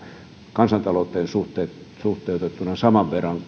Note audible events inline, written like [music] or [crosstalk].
kansantalouteen suhteutettuna saman verran [unintelligible]